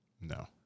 No